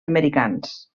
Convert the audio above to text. americans